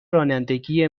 رانندگی